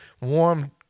warm